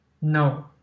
No